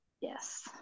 yes